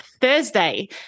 Thursday